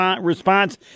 response